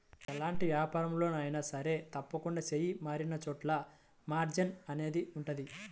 ఎలాంటి వ్యాపారంలో అయినా సరే తప్పకుండా చెయ్యి మారినచోటల్లా మార్జిన్ అనేది ఉంటది